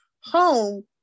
home